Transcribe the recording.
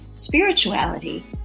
spirituality